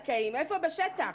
איפה בשטח?